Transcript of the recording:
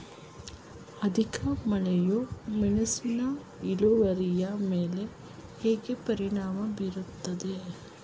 ಅಧಿಕ ಮಳೆಯು ಮೆಣಸಿನ ಇಳುವರಿಯ ಮೇಲೆ ಹೇಗೆ ಪರಿಣಾಮ ಬೀರುತ್ತದೆ?